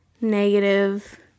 negative